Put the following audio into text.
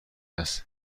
است